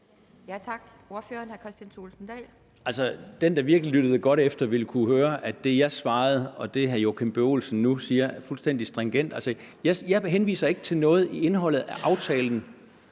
Dahl. Kl. 11:39 Kristian Thulesen Dahl (DF): Den, der virkelig lyttede godt efter, ville altså kunne høre, at det, jeg svarede, og det, hr. Joachim B. Olsen nu siger, er fuldstændig stringent. Jeg henviser ikke til noget i indholdet af aftalen.